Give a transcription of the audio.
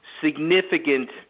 significant